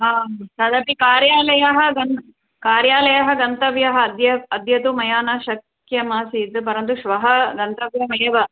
हा तदपि कार्यालयः गन्त् कार्यालयः गन्तव्यः अद्य अद्य तु मया न शक्यमासीत् परन्तु श्वः गन्तव्यमेव